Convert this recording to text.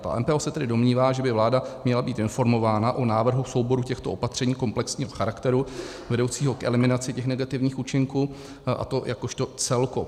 A MPO se tedy domnívá, že by vláda měla být informována o návrhu souboru těchto opatření komplexního charakteru vedoucího k eliminaci negativních účinků, a to jako celku.